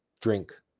drink